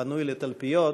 הבנוי לתלפיות,